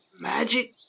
magic